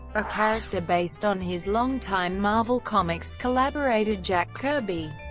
a character based on his longtime marvel comics collaborator jack kirby.